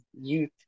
youth